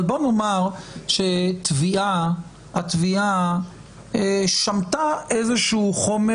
אבל בוא נאמר שהתביעה שמטה איזה שהוא חומר